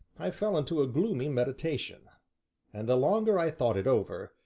i fell into a gloomy meditation and the longer i thought it over,